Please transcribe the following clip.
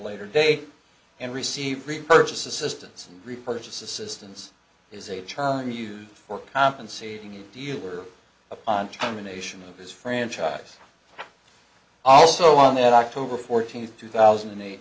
later date and receive repurchase assistance repurchase assistance is a term used for compensating a dealer upon terminations of his franchise also on the october fourteenth two thousand and eight